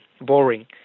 boring